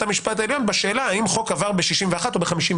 המשפט העליון בשאלה האם חוק עבר ב-61 או ב-59.